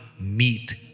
meet